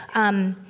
um,